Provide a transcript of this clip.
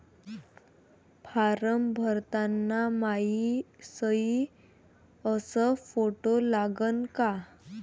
Form भरताना मायी सयी अस फोटो लागन का?